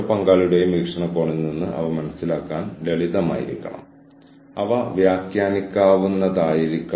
പിന്നെ പെട്ടെന്ന് സീനിയർ വിപിയിൽ നിന്ന് നിങ്ങൾക്ക് ഒരു കുറിപ്പോ മെമ്മോയോ ലഭിക്കുന്നു ധാരാളം ആളുകൾ രാവിലെ തന്നെ ഓഫീസിലേക്ക് വരുന്നുണ്ടെന്ന് പറയുന്നു